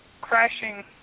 crashing